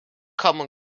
common